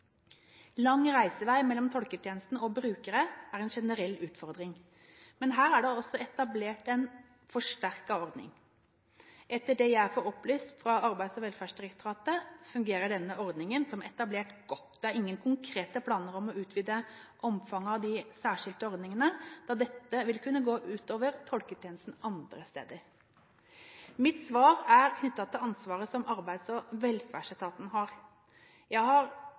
Lang reisevei mellom tolketjenesten og brukerne er en generell utfordring, men her er det også etablert en forsterket ordning. Etter det jeg får opplyst fra Arbeids- og velferdsdirektoratet, fungerer denne ordningen som er etablert, godt. Det er ingen konkrete planer om å utvide omfanget av de særskilte ordningene, da dette vil kunne gå ut over tolketjenesten andre steder. Mitt svar er knyttet til det ansvaret som Arbeids- og velferdsetaten har. Jeg har